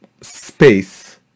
space